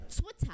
twitter